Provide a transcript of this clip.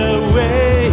away